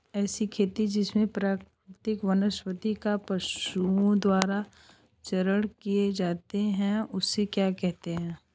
ऐसी खेती जिसमें प्राकृतिक वनस्पति का पशुओं द्वारा चारण किया जाता है उसे क्या कहते हैं?